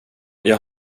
jag